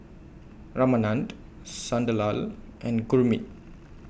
Ramanand Sunderlal and Gurmeet